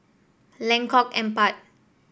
Lengkok Empat